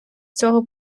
цього